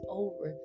over